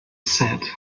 said